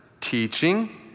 teaching